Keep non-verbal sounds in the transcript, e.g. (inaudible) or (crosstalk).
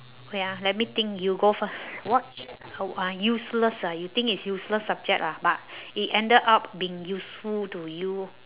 wait ah let me think you go first what (noise) ah useless ah you think is useless subject lah but (breath) it ended up being useful to you